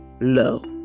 low